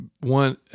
One